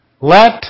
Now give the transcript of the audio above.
Let